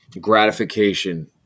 gratification